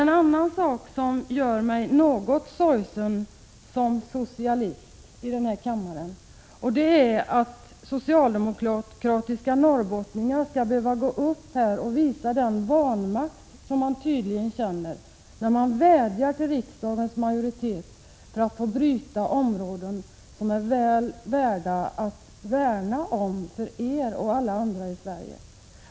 En annan sak som gör mig något sorgsen som socialist i denna kammare är att socialdemokratiska norrbottningar skall behöva gå upp här och visa den vanmakt som de tydligen känner när de vädjar till riksdagens majoritet för att få bryta områden som är väl värda att värna om för alla i Sverige.